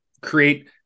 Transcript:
create